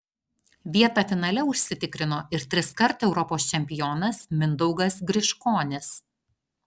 vietą finale užsitikrino ir triskart europos čempionas mindaugas griškonis